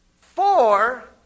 Four